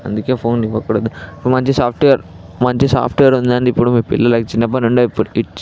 అందుకే ఫోన్ ఇవ్వకూడదు మంచి సాఫ్ట్వేర్ మంచి సాఫ్ట్వేర్ ఉందంటే ఇప్పుడు మీరు పిల్లలకు చిన్నప్పటినుండే ఇచ్